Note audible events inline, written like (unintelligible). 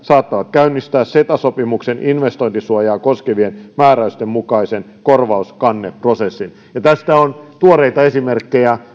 käynnistää ceta sopimuksen investointisuojaa koskevien määräysten mukaisen korvauskanneprosessin tästä on tuoreita esimerkkejä (unintelligible)